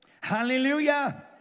Hallelujah